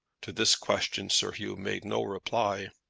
to this question sir hugh made no reply.